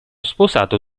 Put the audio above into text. sposato